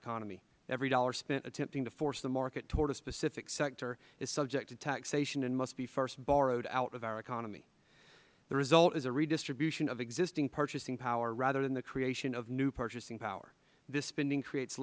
economy every dollar spent attempting to force the market toward a specific sector is subject to taxation and must be first borrowed out of our economy the result is a redistribution of existing purchasing power rather than the creation of new purchasing power this spending creates